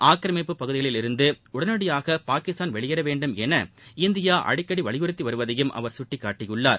ஆக்கிரமிப்பு பகுதிகளில் இருந்து உடனடியாக பாகிஸ்தான் வெளியேறவேண்டும் என இந்தியா அடிக்கடி வலியுறுத்தி வருவதையும் அவர் சுட்டிக்காட்டியுள்ளார்